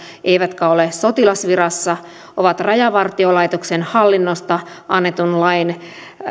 eivätkä ole sotilasvirassa ovat rajavartiolaitoksen hallinnosta annetun lain